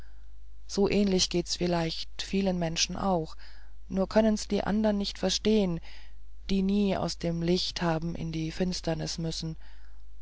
so ähnlich geht's vielleicht vielen menschen auch nur können's die andern nicht verstehen die nie aus dem licht haben in die finsternis müssen